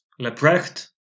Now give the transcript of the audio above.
Leprecht